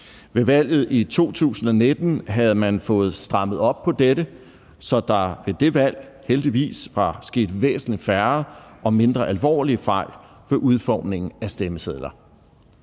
Ved valget i 2019 havde man fået strammet op på dette, så der ved det valg – heldigvis – var sket væsentlig færre og mindre alvorlige fejl ved udformningen af stemmesedler.